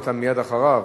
אתה מייד אחריו,